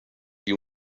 you